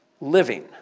living